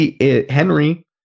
Henry